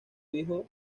hijo